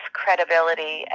credibility